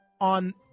on